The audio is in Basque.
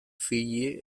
fiji